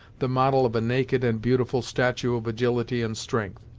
the model of a naked and beautiful statue of agility and strength.